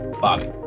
Bobby